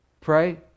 Pray